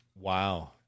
Wow